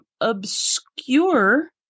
obscure